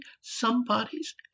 somebody's